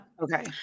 Okay